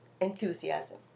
enthusiasm